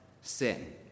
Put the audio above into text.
sin